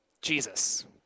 Jesus